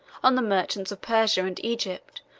on the merchants of persia and egypt,